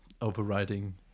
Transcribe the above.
overriding